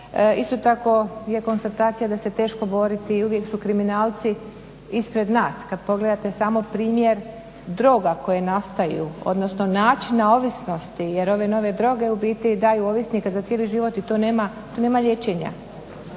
Isto tako je konstatacija da se teško boriti i uvijek su kriminalci ispred nas, kad pogledate samo primjer droga koje nastaju, odnosno načina ovisnosti jer ove nove droge ubiti daju ovisnika za cijeli život i tu nema liječenja.